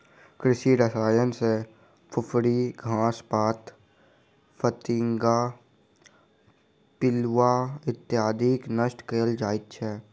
कृषि रसायन सॅ फुफरी, घास पात, फतिंगा, पिलुआ इत्यादिके नष्ट कयल जाइत छै